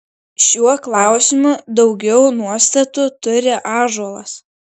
šiuo klausimu daugiau nuostatų turi ąžuolas